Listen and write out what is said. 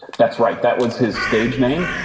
that's right. that was his stage name,